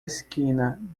esquina